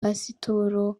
pasitoro